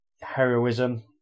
heroism